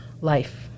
life